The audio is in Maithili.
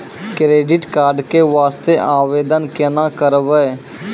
क्रेडिट कार्ड के वास्ते आवेदन केना करबै?